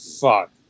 fuck